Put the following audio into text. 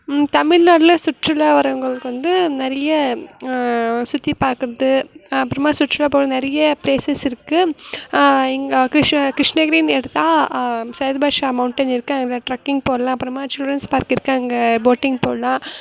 தமிழ்நாட்டில் சுற்றுலா வரவங்களுக்கு வந்து நிறைய சுற்றி பார்க்குறது அப்புறமா சுற்றுலா போக நிறைய பிளேசஸ் இருக்குது இங்கே கிருஷ் கிருஷ்ணகிரின்னு எடுத்தால் ஷர்பஷா மௌடைன் இருக்குது அதில் ட்ரக்கிங் போகலாம் அப்புறமா சில்ட்ரன்ஸ் பார்க் இருக்குது அங்கே போட்டிங் போகலாம்